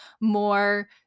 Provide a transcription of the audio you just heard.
more